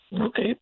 Okay